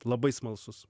labai smalsus